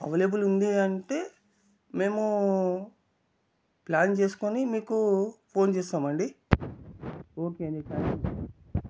available ఉంది అంటే మేమూ ప్లాన్ చేసుకోని మీకు ఫోన్ చేస్తాము అండి ఓకే అండి థ్యాంక్ యు